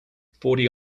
forty